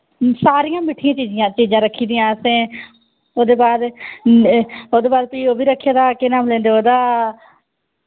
सारियां मिट्ठियां चिजियां चीजां रक्खी दियां असें ओह्दे बाद ओह्दे बाद फ्ही ओह् बी रक्खे दा केह् नाम लैंदे ओह्दा